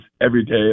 everyday